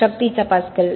शक्तीचा पास्कल